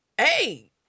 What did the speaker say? hey